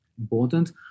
important